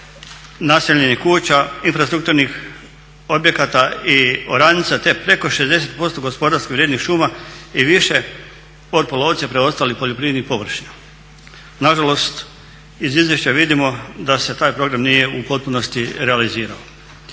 naseljenih kuća, infrastrukturnih objekata i oranica te preko 60% gospodarski vrijednih šuma i više od polovice preostalih poljoprivrednih površina. Nažalost iz izvješća vidimo da se taj program nije u potpunosti realizirao.